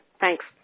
thanks